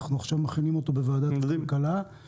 אנחנו עכשיו מכינים אותו בוועדה הכלכלה,